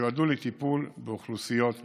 שיועדו לטיפול באוכלוסיות חלשות.